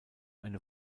eine